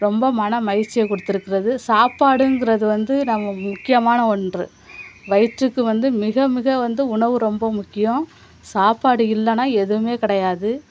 ரொம்ப மன மகிழ்ச்சியை கொடுத்துருக்குறது சாப்பாடுங்கிறது வந்து நம்ம முக்கியமான ஒன்று வயிற்றுக்கு வந்து மிக மிக வந்து உணவு ரொம்ப முக்கியம் சாப்பாடு இல்லைன்னா எதுவுமே கிடையாது